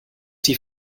die